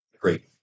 Great